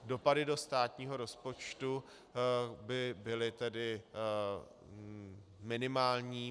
Dopady do státního rozpočtu by byly tedy minimální.